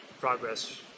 progress